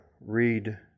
read